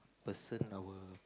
person our